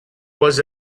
was